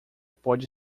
pode